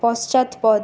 পশ্চাৎপদ